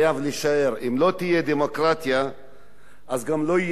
אם לא תהיה דמוקרטיה גם לא יהיה שלטון חוק,